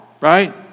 right